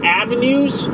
avenues